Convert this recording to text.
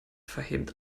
vehement